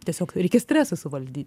tiesiog reikia stresą suvaldyt